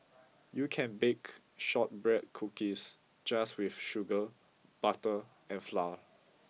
you can bake shortbread cookies just with sugar butter and flour